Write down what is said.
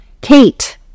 Kate